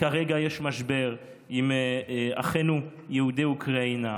כרגע יש משבר עם אחינו יהודי אוקראינה,